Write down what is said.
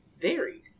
varied